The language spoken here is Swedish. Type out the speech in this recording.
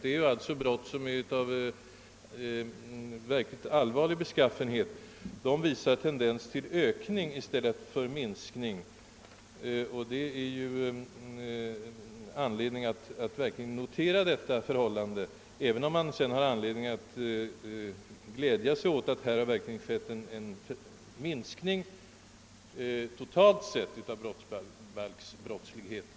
Detta är ju brott av verkligt allvarlig beskaffenhet, och när dessa tycks visa klar tendens till ökning, finns det verkligen anledning att uppmärksamma detta förhållande, även om man har anledning att samtidigt glädja sig åt att det synes ha skett en begynnande minskning totalt sett av brottsbalksbrotten.